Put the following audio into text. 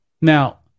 Now